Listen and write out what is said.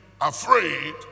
afraid